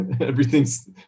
Everything's